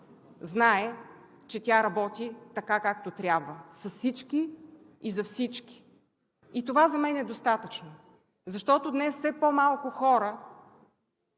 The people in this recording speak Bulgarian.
знае, че тя работи така, както трябва – с всички и за всички. Това за мен е достатъчно, защото днес все по-малко хора